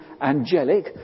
angelic